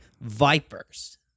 Vipers